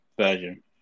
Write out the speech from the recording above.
version